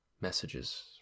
messages